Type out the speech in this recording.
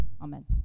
Amen